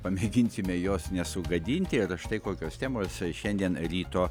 pamėginsime jos nesugadinti ir štai kokios temos šiandien ryto